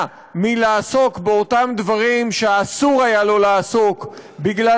מלעסוק באותם דברים שאסור היה לו לעסוק בהם בגלל